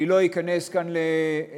אני לא אכנס כאן לפירוט,